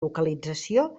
localització